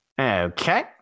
Okay